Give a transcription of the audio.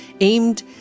aimed